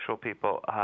people